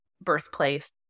birthplace